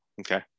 Okay